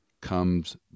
comes